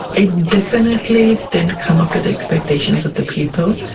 it definitely didn't come up to the expectations of the people,